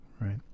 right